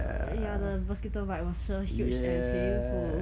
err ya the mosquito bite was so huge and painful